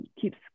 keeps